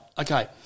Okay